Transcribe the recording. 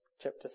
chapter